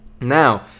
Now